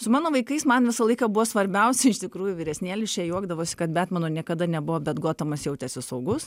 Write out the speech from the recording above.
su mano vaikais man visą laiką buvo svarbiausia iš tikrųjų vyresnėlis čia juokdavosi kad betmenu niekada nebuvo bet gotemas jautėsi saugus